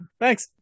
thanks